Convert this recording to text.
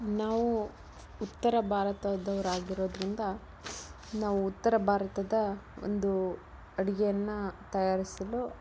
ನಾವು ಉತ್ತರ ಭಾರತದವರಾಗಿರೋದರಿಂದ ನಾವು ಉತ್ತರ ಭಾರತದ ಒಂದು ಅಡುಗೆಯನ್ನು ತಯಾರಿಸಲು